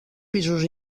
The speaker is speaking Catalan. pisos